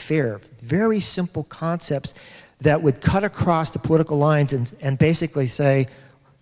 fair very simple concepts that would cut across the political lines and basically say